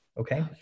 Okay